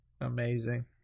amazing